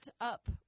up